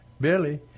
billy